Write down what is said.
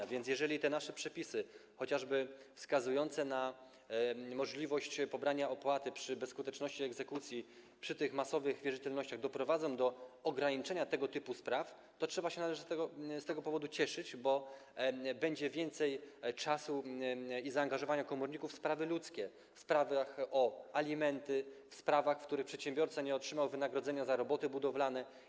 A więc jeżeli te nasze przepisy, chociażby wskazujące na możliwość pobrania opłaty przy bezskutecznej egzekucji przy tych masowych wierzytelnościach, doprowadzą do ograniczenia tego typu spraw, to trzeba, należy się z tego powodu cieszyć, bo będzie więcej czasu i zaangażowania komorników w sprawy ludzkie: w sprawy o alimenty, w sprawy, w których przedsiębiorca nie otrzymał wynagrodzenia za roboty budowlane.